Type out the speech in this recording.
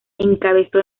encabezó